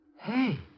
Hey